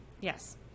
Yes